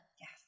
Yes